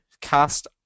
cast